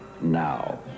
Now